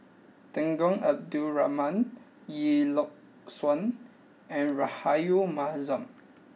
Temenggong Abdul Rahman Lee Yock Suan and Rahayu Mahzam